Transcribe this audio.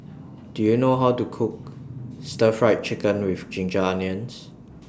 Do YOU know How to Cook Stir Fried Chicken with Ginger Onions